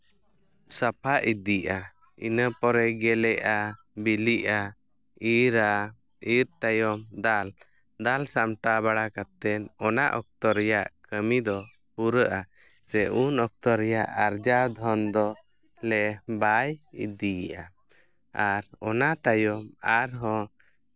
ᱥᱟᱯᱷᱟ ᱤᱫᱤᱜᱼᱟ ᱤᱱᱟᱹᱯᱚᱨᱮ ᱜᱮᱞᱮᱜᱼᱟ ᱵᱤᱞᱤᱜᱼᱟ ᱤᱨᱼᱟ ᱤᱨ ᱛᱟᱭᱚᱢ ᱫᱟᱞ ᱫᱟᱞ ᱥᱟᱢᱴᱟᱣ ᱵᱟᱲᱟ ᱠᱟᱛᱮᱫ ᱚᱱᱟ ᱚᱠᱛᱚ ᱨᱮᱭᱟᱜ ᱠᱟᱹᱢᱤ ᱫᱚ ᱯᱩᱨᱟᱹᱜᱼᱟ ᱥᱮ ᱩᱱ ᱚᱠᱛᱚ ᱨᱮᱭᱟᱜ ᱟᱨᱡᱟᱣ ᱫᱷᱚᱱ ᱫᱚ ᱞᱮ ᱵᱟᱭ ᱤᱫᱤᱭᱟ ᱟᱨ ᱚᱱᱟ ᱛᱟᱭᱚᱢ ᱟᱨᱦᱚᱸ